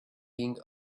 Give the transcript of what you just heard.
being